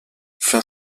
fin